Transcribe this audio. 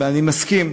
ואני מסכים,